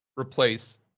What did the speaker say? replace